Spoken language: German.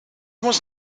muss